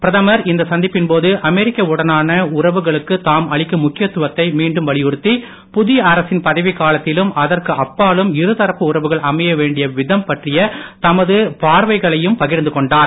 பிரதமர் இந்த சந்திப்பின் போது அமெரிக்கா உடனான உறவுகளுக்கு தாம் அளிக்கும் முக்கியத்துவத்தை மீண்டும் வலியுறுத்தி புதிய அரசின் பதவிக்காலத்திலும் அதற்கு அப்பாலும் இருதரப்பு உறவுகள் அமைய வேண்டிய விதம் பற்றிய தமது பார்வைகளும் பகிர்ந்து கொண்டார்